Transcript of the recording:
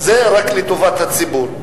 רק לטובת הציבור.